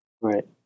Right